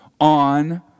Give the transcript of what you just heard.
on